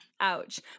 Ouch